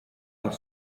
are